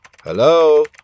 Hello